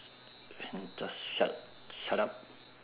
and just shut shut up